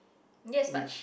yes but